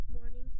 morning